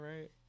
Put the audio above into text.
right